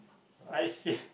I see